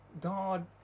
God